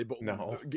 No